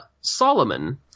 Solomon